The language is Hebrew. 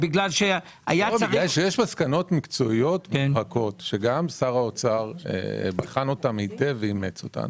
בגלל שיש מסקנות מקצועיות - שגם שר האוצר בחן אותן היטב ואימץ אותן